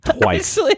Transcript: twice